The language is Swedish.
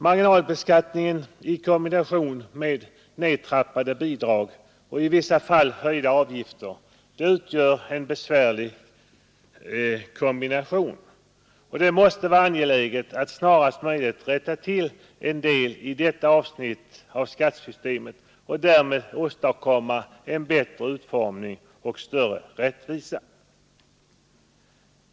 Marginalbeskattning och nedtrappade bidrag och i vissa fall höjda avgifter utgör en besvärlig kombination. Det måste vara angeläget att snarast möjligt rätta till en del på detta avsnitt av skattesystemet och därmed åstadkomma en bättre utformning och större rättvisa.